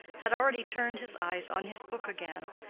had already turned his eyes on his book again,